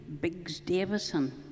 Biggs-Davison